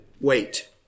wait